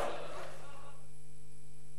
(קוראת בשמות חברי